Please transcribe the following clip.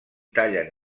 tallen